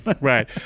Right